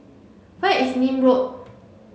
where is Nim Road